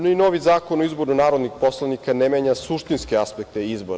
Ni novi Zakon o izboru narodnih poslanika ne menja suštinske aspekte izbora.